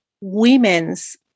women's